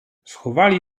schowali